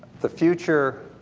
the future